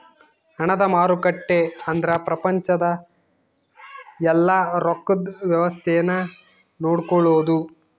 ಹಣದ ಮಾರುಕಟ್ಟೆ ಅಂದ್ರ ಪ್ರಪಂಚದ ಯೆಲ್ಲ ರೊಕ್ಕದ್ ವ್ಯವಸ್ತೆ ನ ನೋಡ್ಕೊಳೋದು